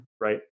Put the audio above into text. right